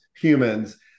humans